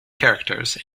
characters